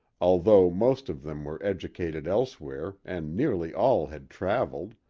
although most of them were educated elsewhere and nearly all had traveled,